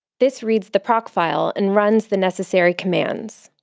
this reads the procfile and runs the necessary commands.